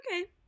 Okay